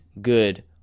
good